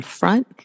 front